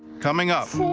coming up.